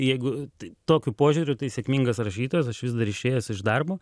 jeigu tai tokiu požiūriu tai sėkmingas rašytojas aš vis dar išėjęs iš darbo